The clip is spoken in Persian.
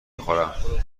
خورم